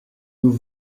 nous